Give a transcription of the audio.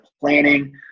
planning